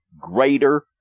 greater